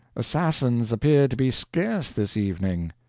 assassins appear to be scarce this evening.